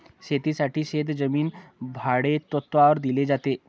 शेतीसाठी शेतजमीन भाडेतत्त्वावर दिली जाते